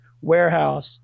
warehouse